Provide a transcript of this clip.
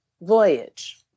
voyage